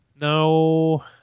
No